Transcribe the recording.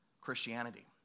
Christianity